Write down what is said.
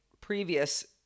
previous